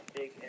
big